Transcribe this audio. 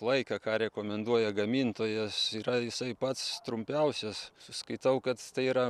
laiką ką rekomenduoja gamintojas yra jisai pats trumpiausias skaitau kad tai yra